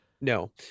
no